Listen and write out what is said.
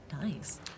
nice